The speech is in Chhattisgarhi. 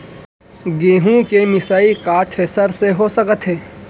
गेहूँ के मिसाई का थ्रेसर से हो सकत हे?